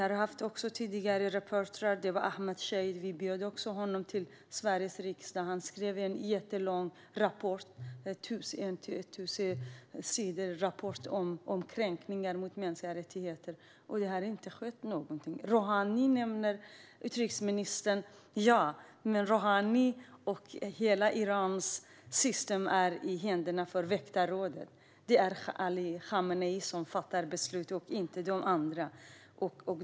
Ahmed Shaheed, som vi bjöd in till Sveriges riksdag, har skrivit en tusen sidor lång rapport om kränkningar av mänskliga rättigheter. Men det har inte skett någonting. Utrikesministern har nämnt Rohani, men Rohani och hela Irans system är i händerna på väktarrådet. Det är Ali Khamenei som fattar beslut och inte några andra.